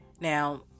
Now